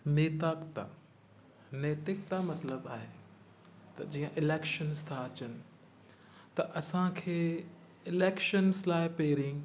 नेता बि त नैतिकता मतिलबु आहे त जीअं इलेक्शन्स था अचनि त असांखे इलेक्शन्स लाइ पहिरीं